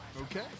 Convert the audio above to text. Okay